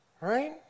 Right